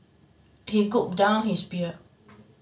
he gulped down his beer